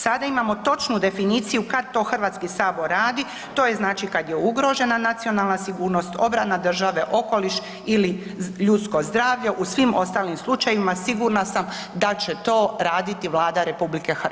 Sada imamo točnu definiciju kad to HS radi, to je znači kad je ugrožena nacionalna sigurnost, obrana države, okoliš ili ljudsko zdravlje, u svim ostalim slučajevima, sigurna sam da će to raditi Vlada RH.